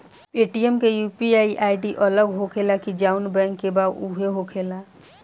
Paytm के UPI ID अलग होखेला की जाऊन बैंक के बा उहे होखेला?